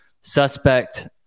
suspect